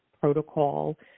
protocol